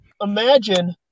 imagine